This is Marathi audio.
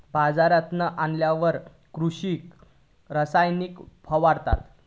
बाजारांतना आणल्यार कृषि रसायनांका फवारतत